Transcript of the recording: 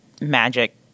magic